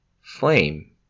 Flame